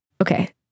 okay